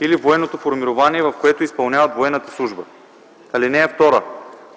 или военното формирование, в което изпълняват военната служба. (2)